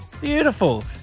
Beautiful